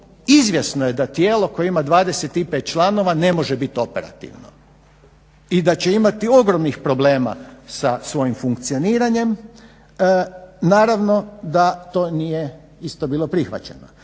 izvjesno je da tijelo koje ima 25 članova ne može biti operativno i da će imati ogromnih problema sa svojim funkcioniranjem. Naravno da to nije isto bilo prihvaćeno.